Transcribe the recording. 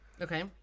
Okay